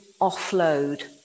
offload